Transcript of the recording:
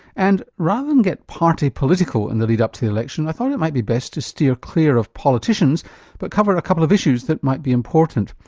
and rather than get party political in the lead-up to the election, i thought it might be best to steer clear of politicians but cover a couple of issues that might be important,